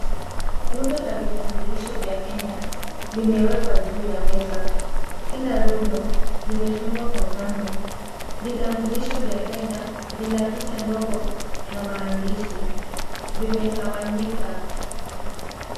Rundo la vitambulisho vya Kenya limewekwa juu ya meza. Kila rundo limefungwa kwa kamba, vitambulisho vya Kenya ina picha ndogo na maandishi vimetawanyika.